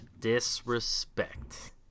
disrespect